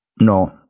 No